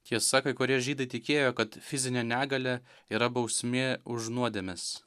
tiesa kai kurie žydai tikėjo kad fizinė negalia yra bausmė už nuodėmes